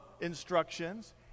instructions